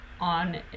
on